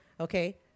Okay